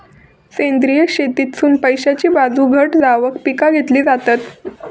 सेंद्रिय शेतीतसुन पैशाची बाजू घट जावकच पिका घेतली जातत